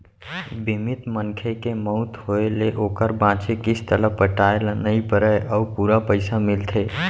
बीमित मनखे के मउत होय ले ओकर बांचे किस्त ल पटाए ल नइ परय अउ पूरा पइसा मिलथे